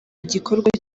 igikorwa